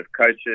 coaches